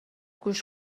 گوش